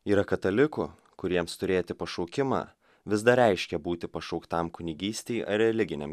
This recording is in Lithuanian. yra katalikų kuriems turėti pašaukimą vis dar reiškia būti pašauktam kunigystei ar religiniam